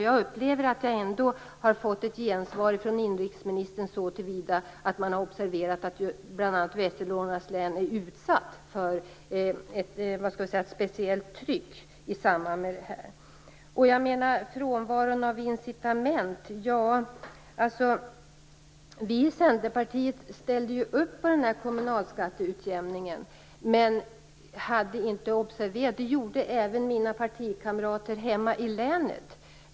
Jag upplever att jag ändå har fått ett gensvar från inrikesministern så till vida att man har observerat att bl.a. Västernorrlands län är utsatt för ett speciellt tryck i det här sammanhanget. Vi i Centerpartiet ställde upp på kommunalskatteutjämningen, och det gjorde även mina partikamrater hemma i länet.